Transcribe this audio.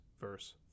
verse